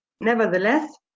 Nevertheless